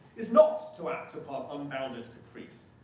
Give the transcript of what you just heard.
is not to act upon unbounded caprice.